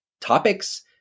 topics